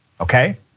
okay